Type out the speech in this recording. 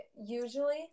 usually